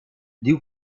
diu